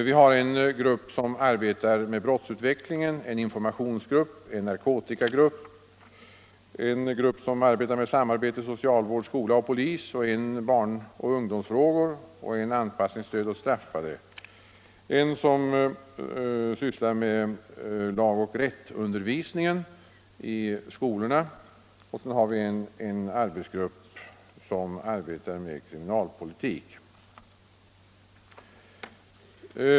Vi har vidare en grupp som arbetar med brottsutveckling, en informationsgrupp, en nakotikagrupp, en grupp som sysslar med samarbetet mellan socialvård, skola och polis, en grupp för barn och ungdomsfrågor, en grupp för anpassningsstöd åt straffade, en grupp som sysslar med undervisningen i lag och rätt i skolorna och till slut en grupp som arbetar med kriminalpolitik.